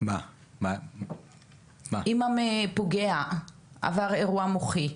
אם הפוגע עבר אירוע מוחי?